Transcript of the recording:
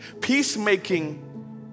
Peacemaking